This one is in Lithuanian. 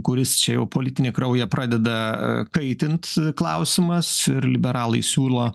kuris čia jau politinį kraują pradeda kaitint klausimas ir liberalai siūlo